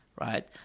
right